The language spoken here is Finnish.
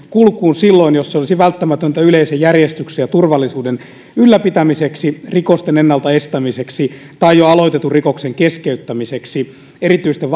kulkuun silloin jos se olisi välttämätöntä yleisen järjestyksen ja turvallisuuden ylläpitämiseksi rikosten ennalta estämiseksi tai jo aloitetun rikoksen keskeyttämiseksi erityisten